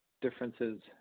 differences